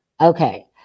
Okay